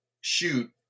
shoot